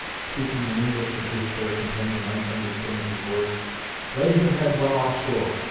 speaking in english that his fair companion might understand his words lay her head well off shore.